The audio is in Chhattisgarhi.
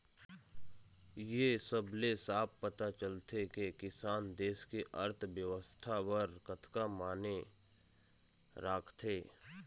ए सब ले साफ पता चलथे के किसान देस के अर्थबेवस्था बर कतका माने राखथे